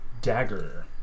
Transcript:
dagger